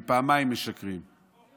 הם משקרים פעמיים,